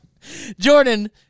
Jordan